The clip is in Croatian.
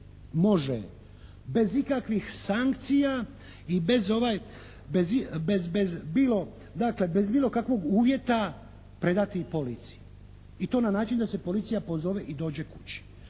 može bez ikakvih sankcija i bez bilo, bez bilo kakvog uvjeta predati policiji. I to na način da se policija pozove i dođe kući.